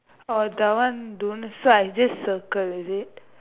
oh the one don't so I just circle is it